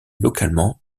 localement